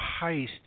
heist